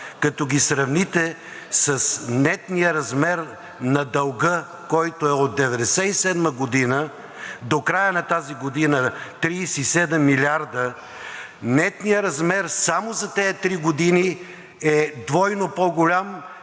като ги сравните с нетния размер на дълга, който е от 1997 г., до края на тази година 37 милиарда, нетният размер само за тези три години е двойно по-голям